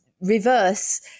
reverse